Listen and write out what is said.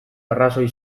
arrazoi